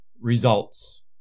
results